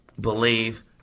believe